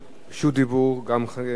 חמש דקות.